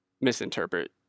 misinterpret